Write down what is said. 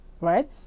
right